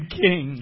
king